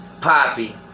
Poppy